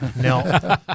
No